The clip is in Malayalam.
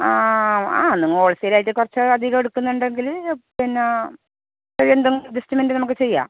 ആ ആ നിങ്ങൾ ഹോൾസെയിൽ ആയിട്ട് കുറച്ച് അധികം എടുക്കുന്നുണ്ടെങ്കിൽ പിന്നെ എന്തും അഡ്ജസ്റ്റ്മെന്റ് നമുക്ക് ചെയ്യാം